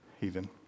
heathen